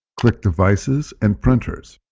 click devices and printers.